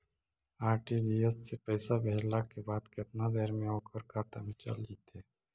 RTGS से पैसा भेजला के बाद केतना देर मे ओकर खाता मे चल जितै?